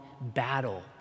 battle